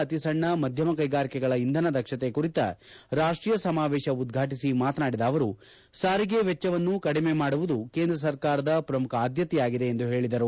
ಅತಿ ಸಣ್ಣ ಮಧ್ಯಮ ಕೈಗಾರಿಕೆಗಳ ಇಂಧನ ದಕ್ಷತೆ ಕುರಿತ ರಾಷ್ಟೀಯ ಸಮಾವೇಶ ಉದ್ಘಾಟಿಸಿ ಮಾತನಾಡಿದ ಅವರು ಸಾರಿಗೆ ವೆಚ್ಚವನ್ನು ಕಡಿಮೆ ಮಾಡುವುದು ಕೇಂದ್ರ ಸರ್ಕಾರದ ಪ್ರಮುಖ ಆದ್ಭತೆಯಾಗಿದೆ ಎಂದು ತಿಳಿಸಿದರು